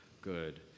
good